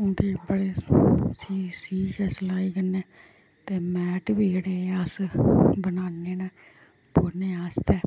उन्दे बड़े सूट सि सिऐ सलाई कन्नै ते मैट बी जेह्ड़े अस बनान्ने न बौह्ने आस्तै